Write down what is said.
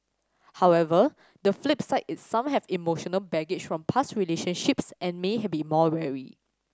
however the flip side is some have emotional baggage from past relationships and may had be more wary